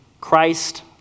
Christ